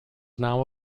now